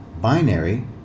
binary